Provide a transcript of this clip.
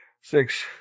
six